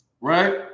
right